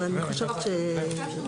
אבל אני חושבת שמיצינו.